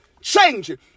changing